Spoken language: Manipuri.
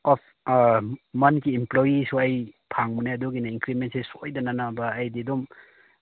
ꯑꯣꯐ ꯃꯟꯒꯤ ꯏꯝꯄ꯭ꯂꯣꯌꯤꯁꯨ ꯑꯩ ꯐꯪꯕꯅꯦ ꯑꯦꯗꯨꯒꯤꯅꯦ ꯏꯟꯀ꯭ꯔꯤꯃꯦꯟꯁꯦ ꯁꯣꯏꯗꯅꯅꯕ ꯑꯩꯗꯤ ꯑꯗꯨꯝ